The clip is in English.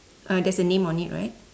uh there's a name on it right